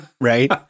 right